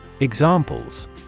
Examples